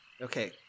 okay